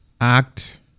act